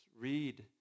Read